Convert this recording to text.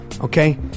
Okay